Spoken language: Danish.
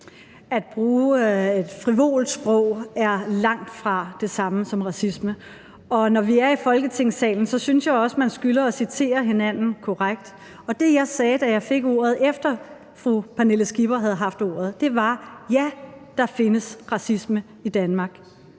At bruge frivolt sprog er langt fra det samme som racisme, og når vi er i Folketingssalen, synes jeg også, at man skylder at citere hinanden korrekt. Det, jeg sagde, da jeg fik ordet, efter fru Pernille Skipper havde haft ordet, var: Ja, der findes racisme i Danmark.